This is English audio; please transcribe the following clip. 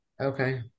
Okay